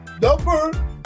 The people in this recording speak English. Number